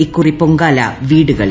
ഇക്കുറി പൊങ്കാല വീടുകളിൽ